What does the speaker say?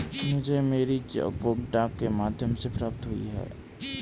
मुझे मेरी cheque book डाक के माध्यम से प्राप्त हुई है